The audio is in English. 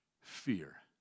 Fear